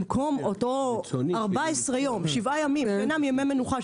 שבמקום אותם 14 יום שבעה ימים שאינם ימי מנוחה,